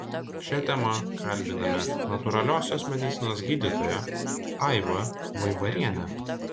šia tema kalbiname natūraliosios medicinos gydytoją aivą vaivarienę